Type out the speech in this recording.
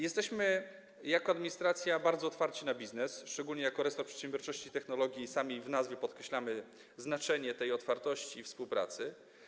Jesteśmy jako administracja bardzo otwarci na biznes, szczególnie jako resort przedsiębiorczości i technologii sami w nazwie podkreślamy znaczenie tej otwartości i współpracy.